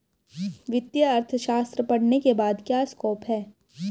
वित्तीय अर्थशास्त्र पढ़ने के बाद क्या स्कोप है?